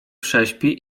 prześpi